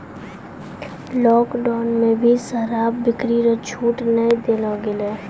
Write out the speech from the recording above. lockdown मे भी शराब बिक्री रो छूट नै देलो गेलै